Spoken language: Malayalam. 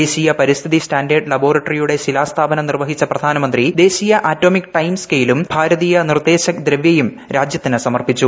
ദേശീയ പരിസ്ഥിതി സ്റ്റാൻഡേർഡ് ലബോറട്ടറിയുടെ ശിലാസ്ഥാപനം നിർവ്വഹിച്ച പ്രധാനമന്ത്രി ദേശീയ അറ്റോമിക് ടൈം സ്കെയിലും ഭാരതീയ നിർദേശക് ദ്രവ്യയും രാജ്യത്തിന് സമർപ്പിച്ചു